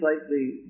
slightly